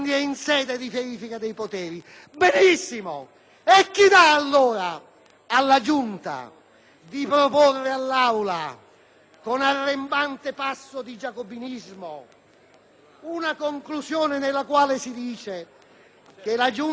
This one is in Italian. chi porta allora la Giunta a proporre all'Aula, con arrembante passo di giacobinismo, una conclusione nella quale si stabilisce che «La Giunta delle elezioni e delle immunità parlamentari